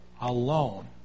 alone